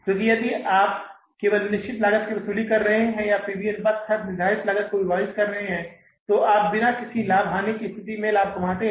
क्योंकि यदि आप केवल निश्चित लागत की वसूली कर रहे हैं या पी वी अनुपात के साथ निर्धारित लागत को विभाजित कर रहे हैं तो आप बिना किसी लाभ हानि की स्थिति के लाभ कमाते हैं